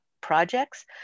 projects